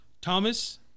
Thomas